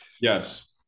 Yes